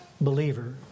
believer